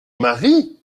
mari